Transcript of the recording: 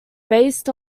based